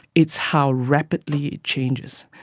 it's how rapidly it changes.